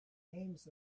names